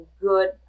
good